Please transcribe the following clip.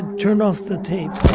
turn off the tape.